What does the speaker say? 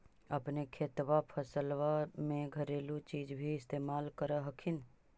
अपने खेतबा फसल्बा मे घरेलू चीज भी इस्तेमल कर हखिन?